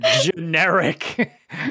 generic